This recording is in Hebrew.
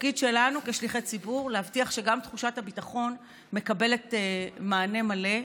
התפקיד שלנו כשליחי ציבור הוא להבטיח שגם תחושת הביטחון מקבלת מענה מלא.